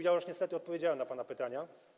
Ja już niestety odpowiedziałem na pana pytania.